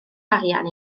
arian